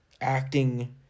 acting